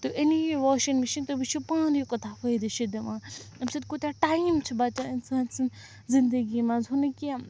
تُہۍ أنِو یہِ واشِنٛگ مِشیٖن تُہۍ وُچھو پانٔے یہِ کوٗتاہ فٲیدٕ چھِ دِوان اَمہِ سۭتۍ کوٗتاہ ٹایم چھُ بَچان اِنسان سٕنٛدۍ زِندگی منٛز ہُو نہٕ کیٚنٛہہ